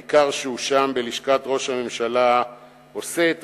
העיקר שהוא שם בלשכת ראש הממשלה עושה את